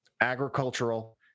agricultural